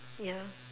ya